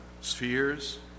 spheres